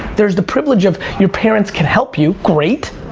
there's the privilege of your parents can help you. great,